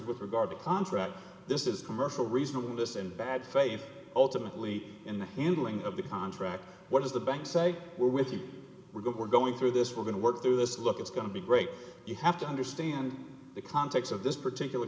with regard to contract this is commercial reasonable this in bad faith ultimately in the handling of the contract what is the bank say we're with you we're going through this we're going to work through this look it's going to be great you have to understand the context of this particular